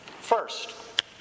First